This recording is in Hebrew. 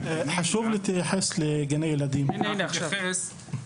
אתי תעשה את